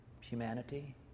humanity